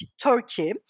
Turkey